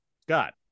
Scott